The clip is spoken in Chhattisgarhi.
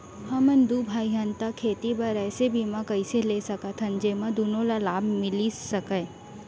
हमन दू भाई हन ता खेती बर ऐसे बीमा कइसे ले सकत हन जेमा दूनो ला लाभ मिलिस सकए?